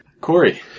Corey